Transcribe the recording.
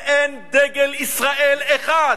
ואין דגל ישראל אחד.